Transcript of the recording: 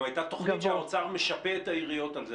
הייתה תוכנית שהאוצר משפה את העיריות בגין אי-גבייה זו.